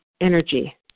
energy